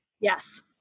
Yes